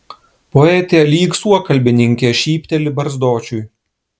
poetė lyg suokalbininkė šypteli barzdočiui